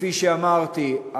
כפי שאמרתי,